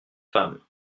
femmes